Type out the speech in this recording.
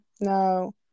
No